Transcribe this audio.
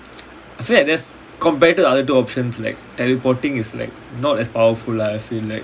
feel like that's compared to other two options like teleporting is like not as powerful lah I feel like